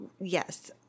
Yes